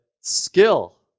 skill